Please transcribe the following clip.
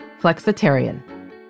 flexitarian